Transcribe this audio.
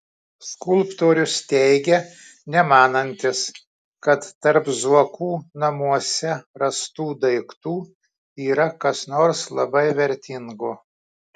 skulptorius teigia nemanantis kad tarp zuokų namuose rastų daiktų yra kas nors labai vertingo